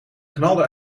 knalden